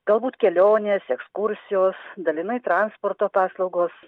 galbūt kelionės ekskursijos dalinai transporto paslaugos